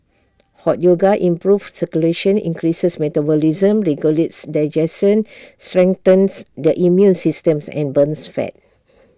hot yoga improves circulation increases metabolism regulates digestion strengthens the immune systems and burns fat